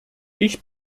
ich